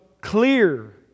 clear